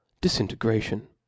Disintegration